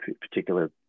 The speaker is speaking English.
particular